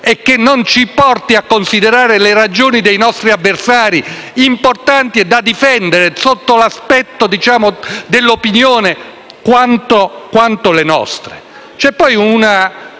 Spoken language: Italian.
che ci porti a considerare le ragioni dei nostri avversari importanti e da difendere - in quanto opinioni - quanto le nostre?